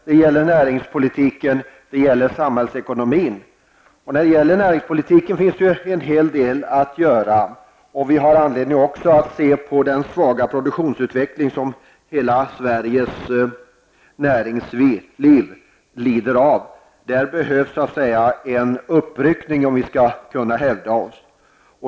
Det gäller näringspolitiken och samhällsekonomin. På näringspolitikens område finns det en hel del att göra. Vi har anledning att se på den svaga produktionsutveckling som hela Sveriges näringsliv nu lider av. Här behövs en uppryckning om vi skall kunna hävda oss.